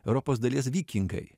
europos dalies vikingai